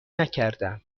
نکردم